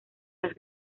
las